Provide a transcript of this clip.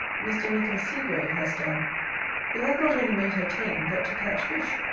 mr. nich. segrave, has done who hath not only made her tame, but to catch fish,